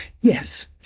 Yes